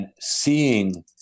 seeing